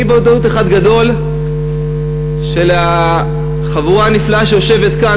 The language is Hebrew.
אי-ודאות אחת גדולה של החבורה הנפלאה שיושבת כאן,